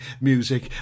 music